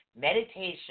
meditation